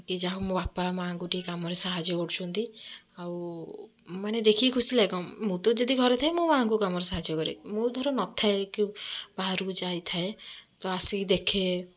କି ଯାହା ହଉ ମୋ ବାପା ମାଁଙ୍କୁ ଟିକିଏ କାମରେ ସାହାଯ୍ୟ କରୁଛନ୍ତି ଆଉ ମାନେ ଦେଖିକି ଖୁସି ଲାଗେ କଣ ମୁଁ ତ ଯଦି ଘରେ ଥାଏ ମୁଁ ମାଙ୍କୁ କାମରେ ସାହାଯ୍ୟ କରେ ମୁଁ ଧର ନଥାଏ କି ବାହାରକୁ ଯାଇଥାଏ ତ ଆସିକି ଦେଖେ